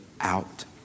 out